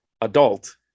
adult